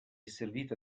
servita